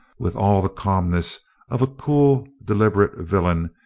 with all the calmness of a cool deliberate villain,